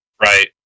Right